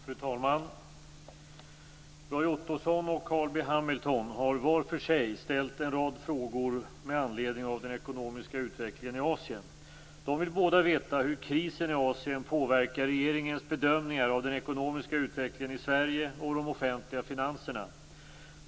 Fru talman! Roy Ottosson och Carl B Hamilton har var för sig ställt en rad frågor med anledning av den ekonomiska utvecklingen i Asien. De vill båda veta hur krisen i Asien påverkar regeringens bedömningar av den ekonomiska utvecklingen i Sverige och de offentliga finanserna.